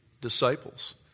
Disciples